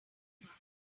paper